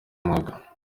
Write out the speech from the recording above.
umwuga